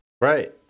Right